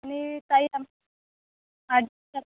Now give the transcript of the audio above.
आणि ताई आ आ